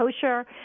kosher